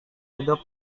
hidup